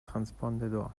transpondedor